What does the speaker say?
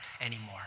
anymore